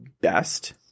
best